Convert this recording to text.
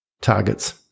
targets